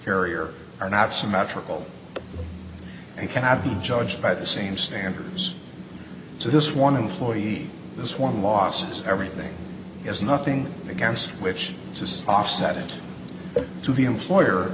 carrier are not symmetrical and cannot be judged by the same standards so this one employee this one losses everything is nothing against which to offset it to the employer